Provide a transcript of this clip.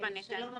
הסקירה,